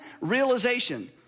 realization